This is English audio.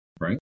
Right